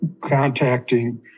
contacting